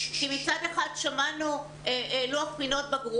מצד אחד, שמענו לוח בחינות.